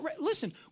Listen